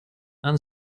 and